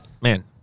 man